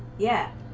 yet?